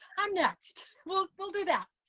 i'm next, we'll we'll do that.